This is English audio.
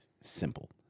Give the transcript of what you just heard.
simple